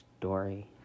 story